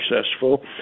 successful